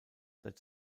that